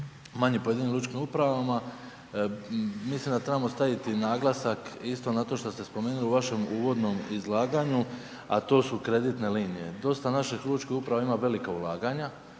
manji u pojedinim lučkim upravama, mislim da trebamo staviti naglasak isto na to što ste spomenuli u vašem uvodnom izlaganju a to su kreditne linije. Dosta naših lučkih uprava ima velika ulaganja